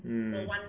mm